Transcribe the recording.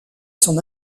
son